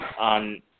On